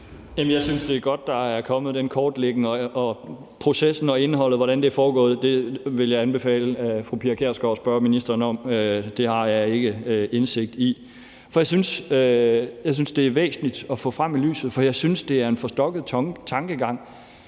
Jeg synes, der er godt, at der er kommet den kortlægning, men hvad angår processen, indholdet, og hvordan det er foregået, så vil jeg anbefale fru Pia Kjærsgaard at spørge ministeren om det. Det har jeg ikke indsigt i. Jeg synes, det er væsentligt at få frem i lyset, for jeg synes, det er en forstokket tankegang.